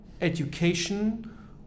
education